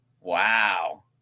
Wow